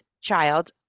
child